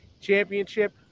championship